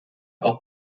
auch